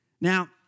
Now